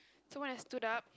so when I stood up